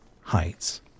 Heights